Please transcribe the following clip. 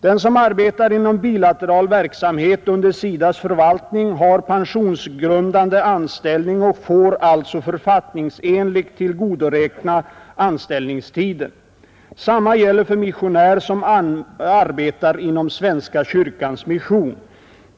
Den som arbetar inom bilateral verksamhet under SIDA :s förvaltning har pensionsgrundande anställning och får alltså författningsenligt tillgodoräkna anställningstiden. Samma gäller för missionär som arbetar inom Svenska kyrkans mission.